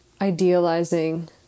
idealizing